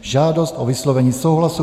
Žádost o vyslovení souhlasu